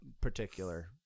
particular